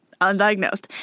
Undiagnosed